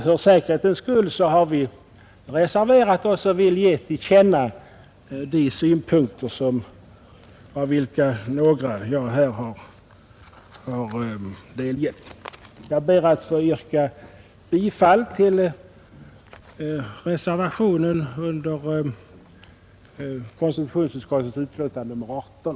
För säkerhetens skull har vi reserverat oss och vill ge till känna en del synpunkter, av vilka jag här har delgivit kammarens ledamöter några. Jag ber att få yrka bifall till reservationen i konstitutionsutskottets betänkande nr 18.